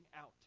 out